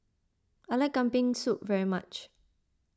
I like Kambing Soup very much